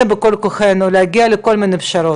בכל כוחנו להגיע לכל מיני פשרות,